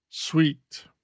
Sweet